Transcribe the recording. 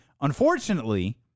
Unfortunately